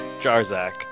Jarzak